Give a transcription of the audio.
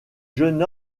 jeune